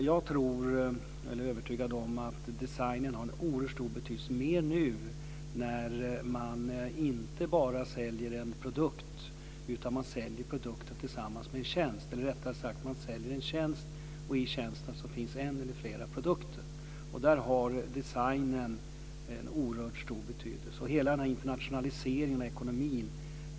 Jag är övertygad om att design har en oerhört stor betydelse - ännu mer nu när man säljer tjänster och när det finns en eller flera produkter i tjänsten. Det gäller också med tanke på internationaliseringen av ekonomin.